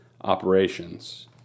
operations